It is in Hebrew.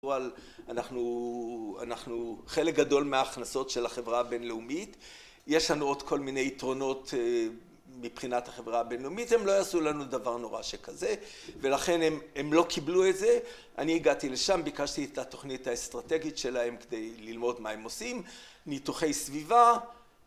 אנחנו חלק גדול מההכנסות של החברה הבינלאומית, יש לנו עוד כל מיני יתרונות מבחינת החברה הבינלאומית הם לא יעשו לנו דבר נורא שכזה, ולכן הם לא קיבלו את זה, אני הגעתי לשם, ביקשתי את התוכנית האסטרטגית שלהם כדי ללמוד מה הם עושים, ניתוחי סביבה